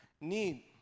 need